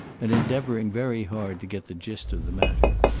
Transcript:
and endeavoring very hard to get the gist of the matter.